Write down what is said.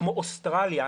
כמו אוסטרליה,